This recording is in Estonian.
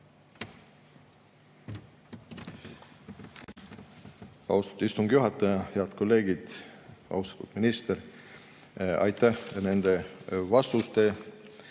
Austatud istungi juhataja! Head kolleegid! Austatud minister, aitäh nende vastuste